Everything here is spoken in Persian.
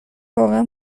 واقعا